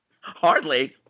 Hardly